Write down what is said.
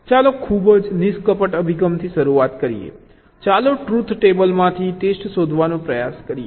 ચાલો ખૂબ જ નિષ્કપટ અભિગમથી શરૂઆત કરીએ ચાલો ટ્રુથ ટેબલમાંથી ટેસ્ટ શોધવાનો પ્રયાસ કરીએ